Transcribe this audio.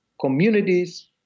communities